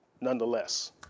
nonetheless